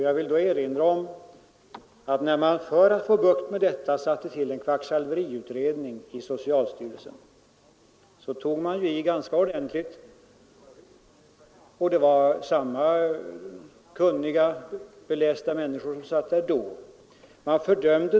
Jag vill då erinra om att socialstyrelsen tog i ganska ordentligt när den, för att få bukt med detta, satte till en kvacksalveriutredning. Det var samma slags kunniga och belästa människor som satt där då.